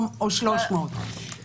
אנחנו עשינו בו שימוש לא מועט.